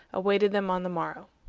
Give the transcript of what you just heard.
awaited them on the morrow.